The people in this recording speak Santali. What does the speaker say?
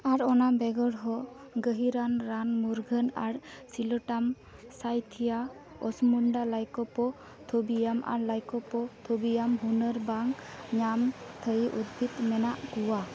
ᱟᱨ ᱚᱱᱟ ᱵᱮᱜᱚᱨ ᱦᱚᱸ ᱜᱟᱹᱦᱤᱨᱟᱱ ᱨᱟᱱ ᱢᱩᱨᱜᱟᱹᱱ ᱟᱨ ᱥᱤᱞᱳᱴᱟᱱ ᱥᱟᱭᱛᱷᱤᱭᱟ ᱠᱚᱥᱢᱩᱱᱰᱟ ᱞᱟᱭᱠᱳ ᱠᱚ ᱛᱷᱚᱵᱤᱭᱟᱢ ᱟᱨ ᱞᱟᱭᱠᱳ ᱠᱚ ᱛᱷᱳᱵᱤᱭᱟᱢ ᱦᱩᱱᱟᱹᱨ ᱵᱟᱝ ᱧᱟᱢ ᱛᱟᱭᱤ ᱩᱫᱽᱵᱷᱤᱫᱽ ᱢᱮᱱᱟᱜ ᱠᱚᱣᱟ